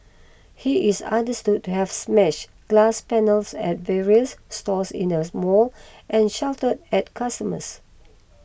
he is understood to have smashed glass panels at various stores in their small and shouted at customers